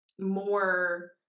more